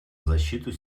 защиту